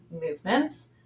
movements